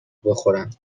بخورم